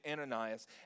Ananias